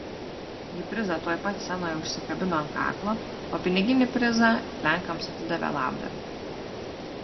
ji prizą tuoj pat scenoje užsikabino ant kaklo o piniginį prizą lenkams atidavė labdarai